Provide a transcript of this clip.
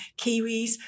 Kiwis